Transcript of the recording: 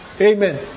Amen